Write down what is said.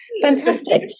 Fantastic